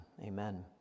amen